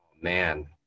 Man